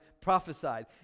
prophesied